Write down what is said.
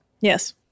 Yes